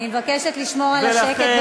אני מבקשת לשמור על השקט.